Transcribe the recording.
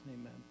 amen